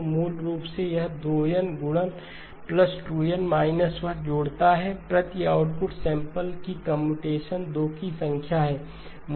तो मूल रूप से यह 2N गुणन 2N 1 जोड़ता है प्रति आउटपुट सैंपल की कम्प्यूटेशन 2 की संख्या है